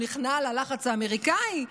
הוא נכנע ללחץ האמריקאי,